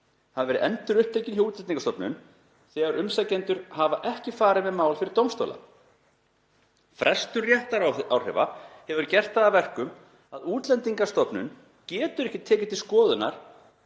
hafa verið endurupptekin hjá Útlendingastofnun þegar umsækjendur hafa ekki farið með málið fyrir dómstóla. Frestun réttaráhrifa hefur gert það að verkum að Útlendingastofnun getur ekki tekið til skoðunar